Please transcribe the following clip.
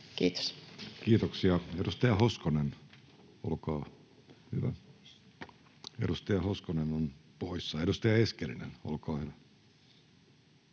Kiitos. Kiitoksia. — Edustaja Hoskonen, olkaa hyvä. Edustaja Hoskonen on poissa. — Edustaja Eskelinen, olkaa hyvä.